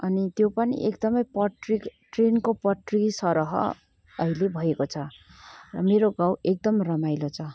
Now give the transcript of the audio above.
अनि त्यो पनि एकदमै पट्री ट्रेनको पट्री सरह अहिले भएको छ र मेरो गाउँ एकदम रमाइलो छ